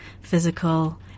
physical